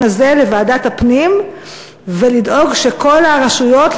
הזה לוועדת הפנים ולדאוג שכל הרשויות,